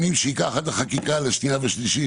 עד החקיקה לשנייה ושלישית